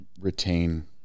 retain